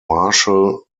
marshall